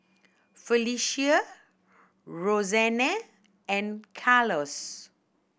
Felecia Rosanne and Carlos